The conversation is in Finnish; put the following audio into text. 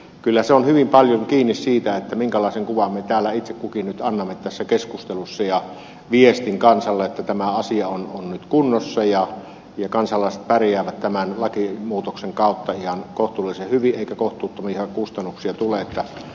kyllä se on hyvin paljon kiinni siitä minkälaisen kuvan ja viestin me täällä itse kukin nyt annamme tässä keskustelussa kansalle että tämä asia on nyt kunnossa ja kansalaiset pärjäävät tämän lakimuutoksen kautta ihan kohtuullisen hyvin eikä kohtuuttomia kustannuksia tule